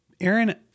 aaron